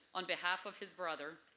on behalf of his brother,